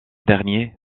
dernier